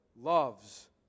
loves